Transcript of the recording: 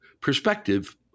perspective